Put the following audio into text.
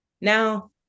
Now